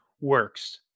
works